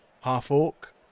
half-orc